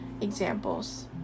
examples